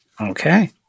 Okay